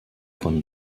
von